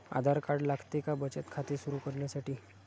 आधार card लागते का बचत खाते सुरू करण्यासाठी?